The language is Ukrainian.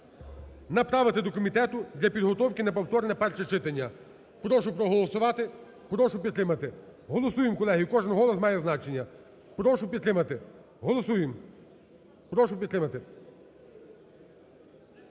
направити до комітету для підготовки на повторне перше читання. Прошу проголосувати, прошу підтримати, голосуємо, колеги, кожен голос має значення. Прошу підтримати, голосуємо, прошу підтримати.